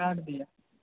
ध्यान दिअ